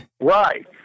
Right